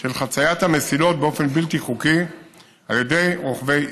של חציית המסילות באופן בלתי חוקי על ידי רוכבי סוסים,